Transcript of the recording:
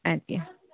ادٕ کیٛاہ